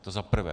To za prvé.